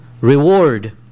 reward